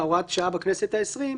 הוראת שעה בכנסת העשרים,